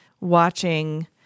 watching